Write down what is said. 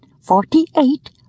forty-eight